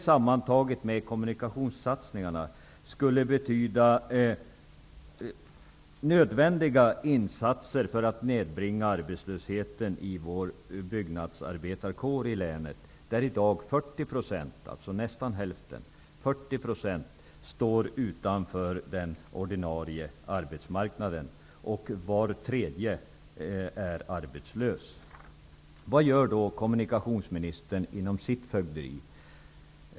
Sammantaget med kommunikationssatsningarna skulle det betyda nödvändiga insatser för att nedbringa arbetslösheten i länets byggnadsarbetarkår, där i dag 40 %, nästan hälften, står utanför den ordinarie arbetsmarknaden och var tredje är arbetslös. Vad gör då kommunikationsministern inom sitt fögderi?